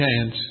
chance